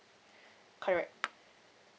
correct